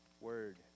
Word